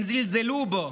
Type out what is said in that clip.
הם זלזלו בו,